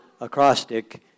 acrostic